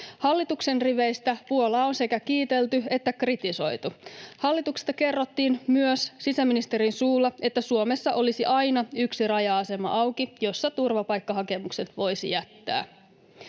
Hallituksen riveistä Puolaa on sekä kiitelty että kritisoitu. Hallituksesta kerrottiin myös sisäministerin suulla, että Suomessa olisi aina yksi raja-asema auki, jossa turvapaikkahakemukset voisi jättää.